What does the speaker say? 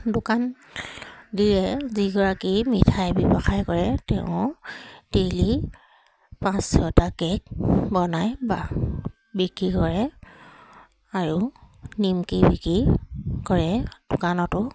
দোকান দিয়ে যিগৰাকী মিঠাই ব্যৱসায় কৰে তেওঁ ডেইলী পাঁচ ছটা কে'ক বনায় বা বিক্ৰী কৰে আৰু নিমকি বিক্ৰী কৰে দোকানতো